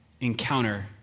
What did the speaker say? encounter